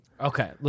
Okay